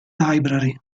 library